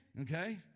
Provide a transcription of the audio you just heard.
okay